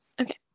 Okay